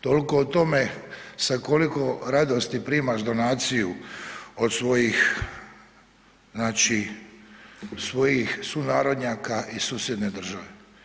Toliko o tome sa koliko radosti primaš donaciju od svojih znači, svojih sunarodnjaka i z susjedne države.